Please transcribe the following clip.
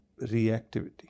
reactivity